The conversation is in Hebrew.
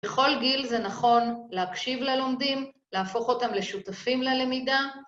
‫בכל גיל זה נכון להקשיב ללומדים, ‫להפוך אותם לשותפים ללמידה.